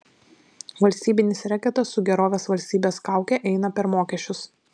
valstybinis reketas su gerovės valstybės kauke eina per mokesčius